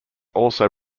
also